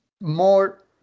more